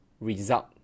result